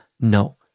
No